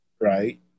Right